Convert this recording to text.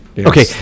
okay